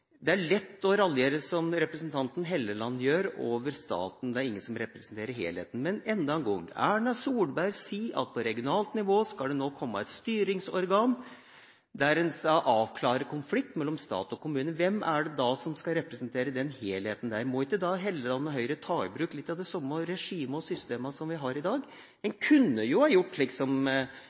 Det er lett å raljere, som representanten Helleland gjør, over staten – det er ingen som representerer helheten. Men enda en gang: Erna Solberg sier at på regionalt nivå skal det nå komme et styringsorgan der en skal avklare konflikt mellom stat og kommune. Hvem er det da som skal representere den helheten der? Må ikke da Helleland og Høyre ta i bruk litt av det samme regimet og systemene som vi har i dag? En kunne jo ha gjort slik som